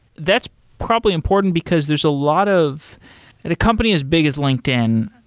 that's probably important, because there's a lot of at a company as big as linkedin,